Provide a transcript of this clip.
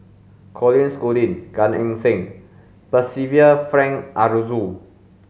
Colin Schooling Gan Eng Seng Percival Frank Aroozoo